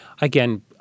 again—